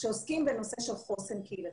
שעוסקים בנושא של חוסן קהילתי.